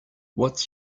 what